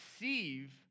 receive